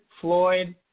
Floyd